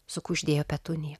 sukuždėjo petunija